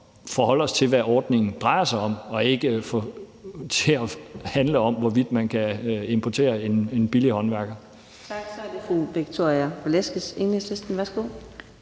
forholder os til, hvad ordningen drejer sig om, og ikke får det til at handle om, hvorvidt man kan importere en billig håndværker?